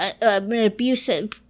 abusive